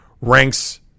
ranks